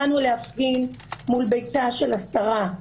באנו להפגין מול ביתה של השרה.